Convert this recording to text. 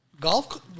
Golf